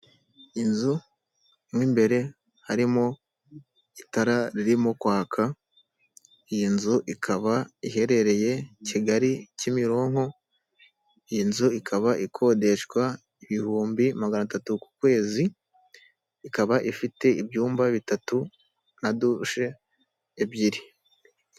Inzu mu imbere harimo itara ririmo kwaka, iyi nzu ikaba iherereye Kigali, Kimironko. Iyi nzu ikaba ikodeshwa ibihumbi magana atatu ku kwezi, ikaba ifite ibyumba bitatu na dushe ebyiri.